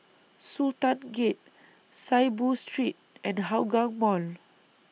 Sultan Gate Saiboo Street and Hougang Mall